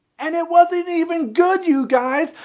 and it wasn't even good you guys.